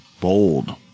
Bold